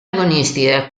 agonistica